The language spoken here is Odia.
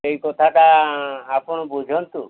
ସେଇ କଥାଟା ଆପଣ ବୁଝନ୍ତୁ